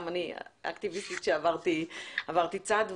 גם אני אקטיביסטית שעברתי צד.